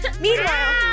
meanwhile